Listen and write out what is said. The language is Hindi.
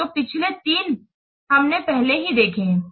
तो पिछले तीन हमने पहले से ही देखे है